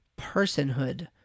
personhood